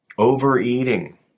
overeating